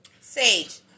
Sage